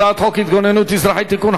הצעת חוק ההתגוננות האזרחית (תיקון,